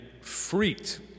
freaked